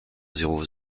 zéro